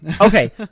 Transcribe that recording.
Okay